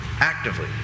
Actively